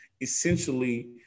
essentially